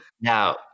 now